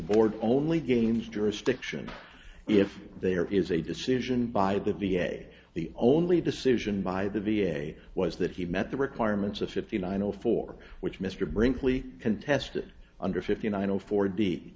board only games jurisdiction if there is a decision by the v a the only decision by the v a was that he met the requirements of fifty nine o four which mr brinkley contested under fifty nine zero four deep